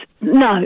No